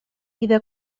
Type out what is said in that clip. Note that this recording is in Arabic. إذا